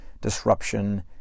disruption